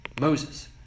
Moses